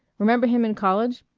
remember him in college?